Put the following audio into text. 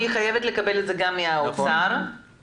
וללכת ולבקש תרומות כאשר בעצם העמותה עושה